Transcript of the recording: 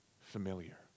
familiar